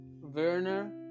Werner